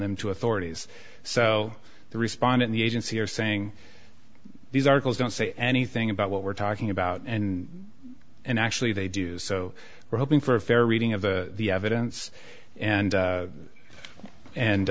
them to authorities so the respondent the agency are saying these articles don't say anything about what we're talking about and and actually they do so we're hoping for a fair reading of the evidence and